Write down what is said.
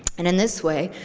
and in this way,